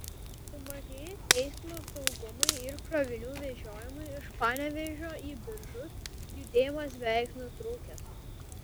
sumažėjus eismo saugumui ir krovinių vežiojimui iš panevėžio į biržus judėjimas beveik nutrūkęs